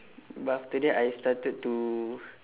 but after that I started to